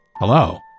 Hello